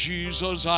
Jesus